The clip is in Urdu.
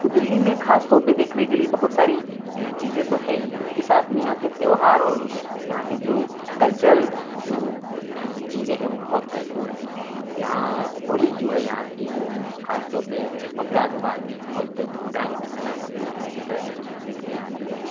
تو دہلی میں خاص طور پہ دیکھنے کے لیے بہت ساری چیزیں تو ہیں ہی ان کے ساتھ میں یہاں کے تیوہار اور یہاں کی جو کلچرل جو چیزیں ہیں وہ بہت مہتپورن ہیں یہاں ہولی جو ہے یہاں کی وہ خاص طور پہ متھرا کے بعد میں بہت دھوم دھام سے منائی جاتی ہیں پریٹک اس کو دیکھنے آتے ہیں